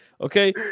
okay